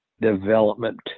development